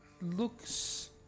Looks